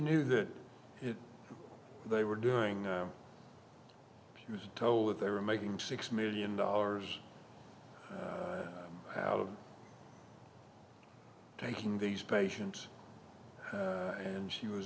knew that they were doing she was told that they were making six million dollars out of taking these patients and she was